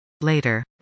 later